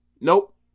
Nope